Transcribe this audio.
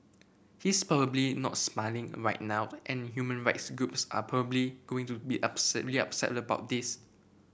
he's probably not smiling right now and human rights groups are probably going to be upset really upset about this